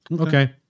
Okay